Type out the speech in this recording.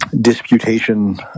disputation